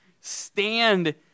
stand